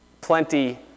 plenty